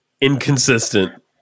inconsistent